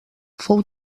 fou